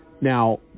Now